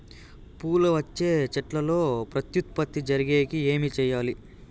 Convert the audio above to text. పూలు వచ్చే చెట్లల్లో ప్రత్యుత్పత్తి జరిగేకి ఏమి చేయాలి?